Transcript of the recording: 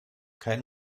kein